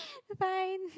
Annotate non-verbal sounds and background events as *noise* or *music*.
goodbye *laughs*